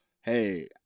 hey